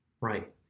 Right